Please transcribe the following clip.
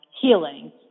healing